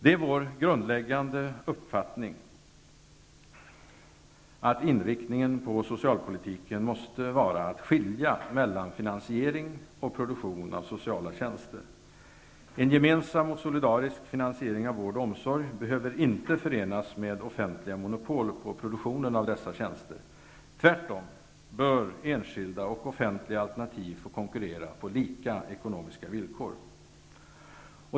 Det är vår grundläggande uppfattning att inriktningen på socialpolitiken måste vara att skilja mellan finansiering och produktion av sociala tjänster. En gemensam och solidarisk finansiering av vård och omsorg behöver inte förenas med offentliga monopol på produktionen av dessa tjänster. Tvärtom bör enskilda och offentliga alternativ få konkurrera på lika ekonomiska villkor.